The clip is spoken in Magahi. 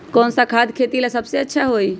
कौन सा खाद खेती ला सबसे अच्छा होई?